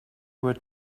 were